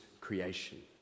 creation